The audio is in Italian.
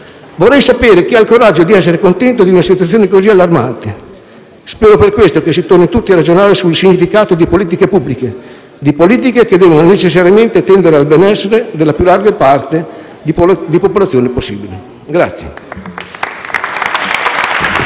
Vorrei sapere chi ha il coraggio di essere contento di una situazione così allarmante. Spero per questo che si torni tutti a ragionare sul significato delle politiche pubbliche, politiche che devono necessariamente tendere al benessere della più larga parte di popolazione possibile.